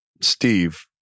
Steve